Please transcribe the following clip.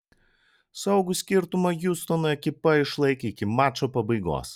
saugų skirtumą hjustono ekipa išlaikė iki mačo pabaigos